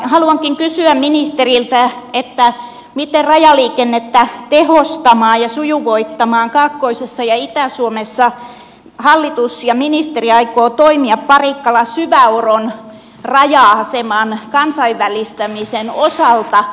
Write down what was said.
haluankin kysyä ministeriltä miten rajaliikennettä tehostamaan ja sujuvoittamaan kaakkois ja itä suomessa hallitus ja ministeri aikovat toimia parikkalansyvänoron raja aseman kansainvälistämisen osalta